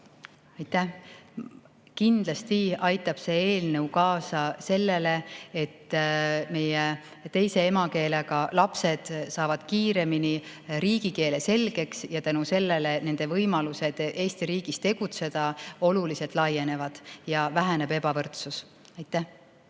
Kindlasti aitab see eelnõu kaasa sellele, et meie teise emakeelega lapsed saavad kiiremini riigikeele selgeks ja tänu sellele nende võimalused Eesti riigis tegutseda oluliselt laienevad ja väheneb ebavõrdsus. Kalle